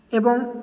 ଏବଂ